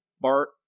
bart